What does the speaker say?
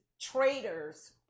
traitors